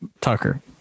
Tucker